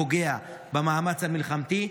פוגע במאמץ המלחמתי,